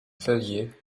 favier